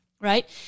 right